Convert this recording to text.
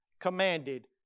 commanded